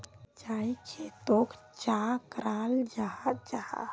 सिंचाई खेतोक चाँ कराल जाहा जाहा?